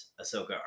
ahsoka